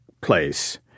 place